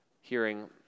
hearing